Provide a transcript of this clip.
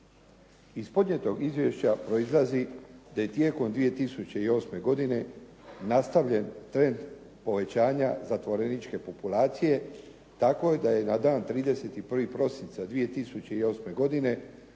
Iz podnijetog izvješća proizlazi da je tijekom 2008. godine nastavljen trend povećanja zatvoreničke populacije, tako da je na dan 31. prosinca 2008. godine